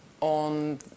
on